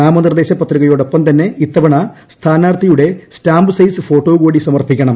നാമ നിർദേശ പത്രികയോടൊപ്പം ഇത്തവണ സ്ഥാനാർത്ഥിയുടെ സ്റ്റാ മ്പ്സൈസ് ഫോട്ടോ കൂടി സമർപ്പിക്കണം